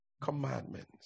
commandments